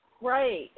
Right